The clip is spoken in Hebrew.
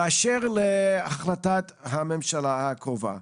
באשר להחלטת הממשלה הקרובה,